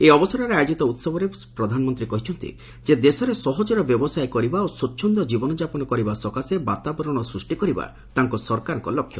ଏହି ଅବସରରେ ଆୟୋଜିତ ଉତ୍ସବରେ ଶ୍ରୀ ପ୍ରଧାନମନ୍ତ୍ରୀ ଦୋହରାଇଛନ୍ତି ଯେ ଦେଶରେ ସହଜରେ ବ୍ୟବସାୟ କରିବା ଓ ସ୍ପୁଚ୍ଛନ୍ଦ ଜୀବନଯାପନ କରିବା ସକାଶେ ବାତାବରଣ ସୃଷ୍ଟି କରିବା ତାଙ୍କ ସରକାରଙ୍କ ଲକ୍ଷ୍ୟ